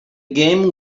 game